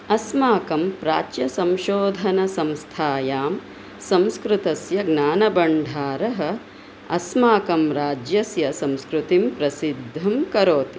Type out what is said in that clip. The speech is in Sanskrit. अस्माकं राज्यसंशोधनसंस्थायां संस्कृतस्य ज्ञानबण्ढारः अस्माकं राज्यस्य संस्कृतिं प्रसिद्धिं करोति